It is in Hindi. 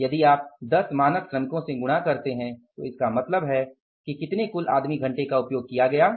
यदि आप 10 मानक श्रमिकों से गुणा करते हैं तो इसका मतलब है कि कितने कुल आदमी घंटे का उपयोग किया गया है